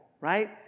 right